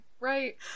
Right